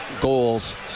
goals